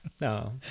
No